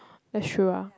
that sure ah